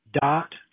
dot